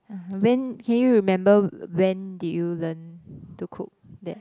[uh huh] when can you remember when did you learn to cook that